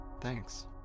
Thanks